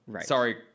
sorry